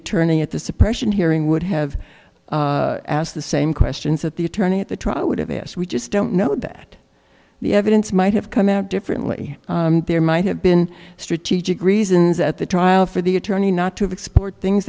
attorney at the suppression hearing would have asked the same questions that the attorney at the trial would have asked we just don't know that the evidence might have come out differently there might have been strategic reasons at the trial for the attorney not to explore things